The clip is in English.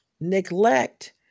neglect